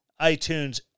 iTunes